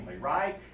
right